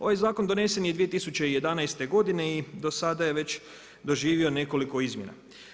Ovaj zakon donesen je 2011. godine i do sada je već doživio nekoliko izmjena.